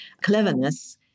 cleverness